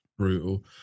Brutal